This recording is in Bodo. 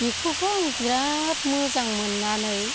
बिखौथ' आं बिराद मोजां मोननानै